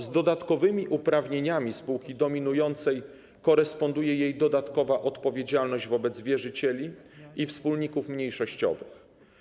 Z dodatkowymi uprawnieniami spółki dominującej koresponduje jej dodatkowa odpowiedzialność wobec wierzycieli i wspólników mniejszościowych.